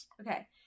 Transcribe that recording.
okay